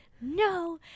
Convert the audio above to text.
no